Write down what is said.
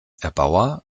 erbauer